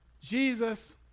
Jesus